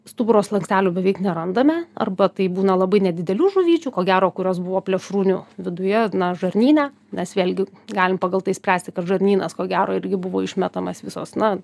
stuburo slankstelių beveik nerandame arba tai būna labai nedidelių žuvyčių ko gero kurios buvo plėšrūnių viduje na žarnyne nes vėlgi galim pagal tai spręsti kad žarnynas ko gero irgi buvo išmetamas visos na